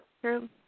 True